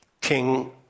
king